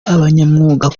abanyamwuga